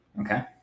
okay